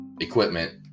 equipment